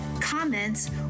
comments